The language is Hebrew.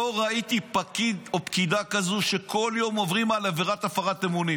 לא ראיתי פקיד או פקידה כאלה שכל יום עוברים על עבירת הפרת אמונים,